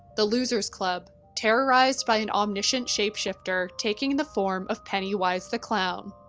the losers club, terrorized by an omniscient shapeshifter taking the form of pennywise the clown.